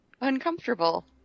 uncomfortable